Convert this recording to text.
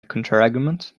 counterargument